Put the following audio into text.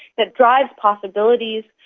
that drives possibilities.